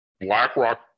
BlackRock